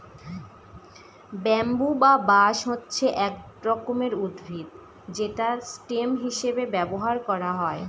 bamboo বা বাঁশ হচ্ছে এক রকমের উদ্ভিদ যেটা স্টেম হিসেবে ব্যবহার করা হয়